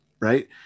Right